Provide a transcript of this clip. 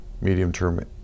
medium-term